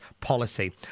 policy